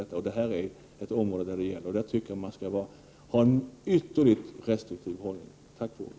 Detta är ett sådant område, och jag tycker att man här skall inta en ytterligt restriktiv hållning. Tack för ordet!